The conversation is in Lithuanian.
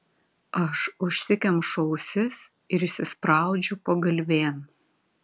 aš užsikemšu ausis ir įsispraudžiu pagalvėn